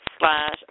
Slash